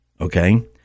Okay